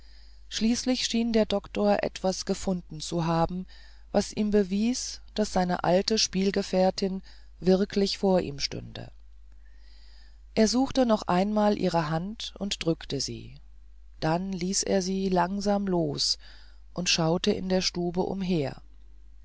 schließlich schien der doktor etwas gefunden zu haben was ihm bewies daß seine alte spielgefährtin wirklich vor ihm stünde er suchte noch einmal ihre hand und drückte sie dann ließ er sie langsam los und schaute in der stube umher